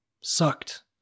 sucked